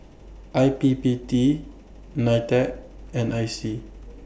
I P P T NITEC and I C